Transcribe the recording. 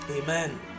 amen